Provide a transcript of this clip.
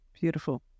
beautiful